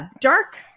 dark